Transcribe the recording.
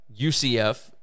UCF